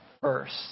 first